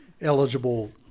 eligible